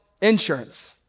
insurance